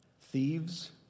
thieves